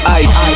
ice